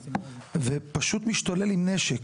ופשוט משתולל עם נשק.